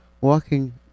Walking